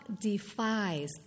defies